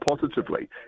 positively